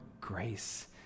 grace